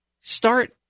start